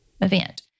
event